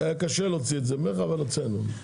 היה קשה להוציא את זה ממך, אבל הוצאנו.